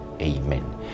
Amen